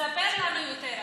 תספר לנו יותר.